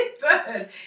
bird